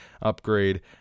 upgrade